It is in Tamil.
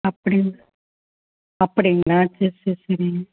அப்படிங்க அப்படிங்களா சேரி சேரி சரிங்க